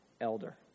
elder